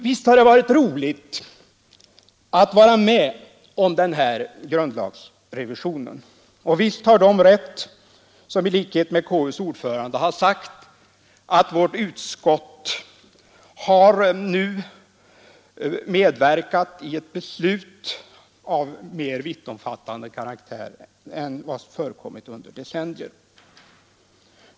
Visst har det varit roligt att vara med om den här grundlagsrevisionen, och visst har de rätt som i likhet med konstitutionsutskottets ordförande har sagt att vårt utskott nu har medverkat i ett beslut av mer vittomfattande karaktär än vad som förekommit under decennier.